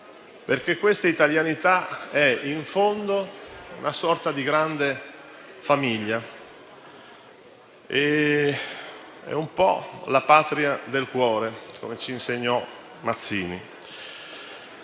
Questa italianità è in fondo una sorta di grande famiglia, è un po' la Patria del cuore, come ci insegnò Mazzini.